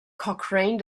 cochrane